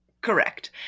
Correct